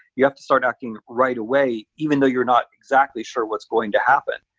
you have to start acting right away, even though you're not exactly sure what's going to happen.